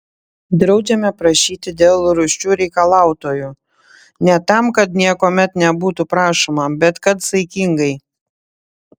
draudžiame prašyti dėl rūsčių reikalautojų ne tam kad niekuomet nebūtų prašoma bet kad saikingai